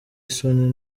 isoni